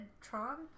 Trump